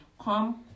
come